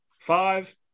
Five